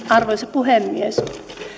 arvoisa puhemies